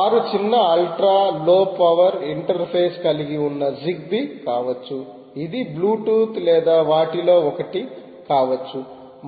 వారు చిన్న ultra low power interface కలిగి ఉన్న జిగ్బీ కావచ్చు ఇది బ్లూటూత్ లేదా వాటిలో ఒకటి కావచ్చు